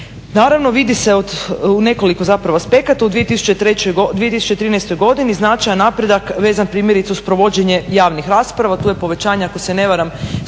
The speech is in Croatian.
Naravno vidi se u nekoliko zapravo aspekata u 2013. godini značajan napredak vezan primjerice uz provođenje javnih rasprava. Tu je povećanje ako se ne varam